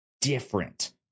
different